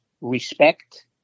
respect